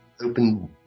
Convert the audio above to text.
open